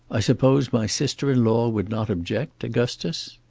i suppose my sister-in-law would not object, augustus?